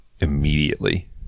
immediately